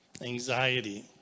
Anxiety